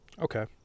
Okay